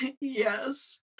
Yes